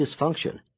dysfunction